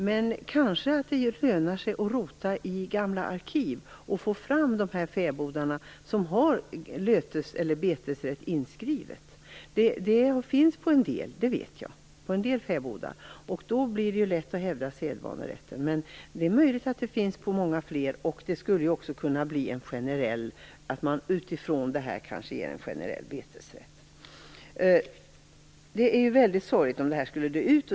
Men det kanske lönar sig att rota i gamla arkiv för att få fram handlingar över de gamla fäbodarna där lötes eller betesrätt är inskriven. Så är det för en del fäbodar, det vet jag. Då blir det lätt att hävda sedvanerätten. Men det är möjligt att det finns en sådan rätt inskriven för många fler. Kanske kan man också utifrån det här ge en generell betesrätt. Det vore väldigt sorgligt om fäbodbruket skulle dö ut.